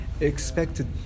Expected